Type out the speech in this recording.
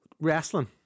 wrestling